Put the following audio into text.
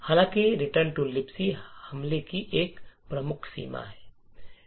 हालांकि return to libc हमले की एक प्रमुख सीमा है